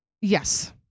yes